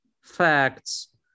facts